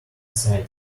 aside